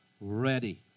ready